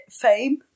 fame